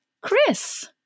Chris